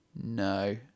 No